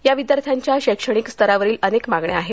या विद्यार्थ्यांच्या शैक्षणिक स्तरावरील अनेक मागण्या आहेत